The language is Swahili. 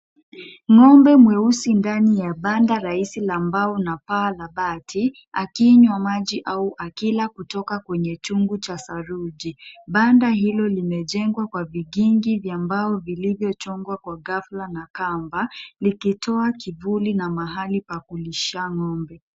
Ng'ombe mweusi ndani ya banda raisi la mbao na paa la bati, akinywa maji au akila kutoka kwenye chungu cha saruji. Banda hilo limejengwa kwa vigingi vya mbao vilivyochongwa kwa ghafla na kamba, likitoa kivuli na mahali pa kulisha ng'ombe.